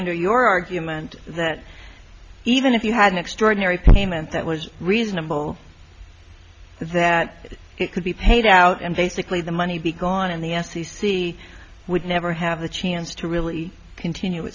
under your argument that even if you had an extraordinary payment that was reasonable that it could be paid out and basically the money be gone and the s e c would never have the chance to really continue